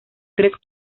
tres